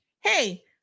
hey